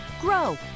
grow